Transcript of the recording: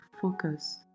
focus